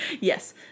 Yes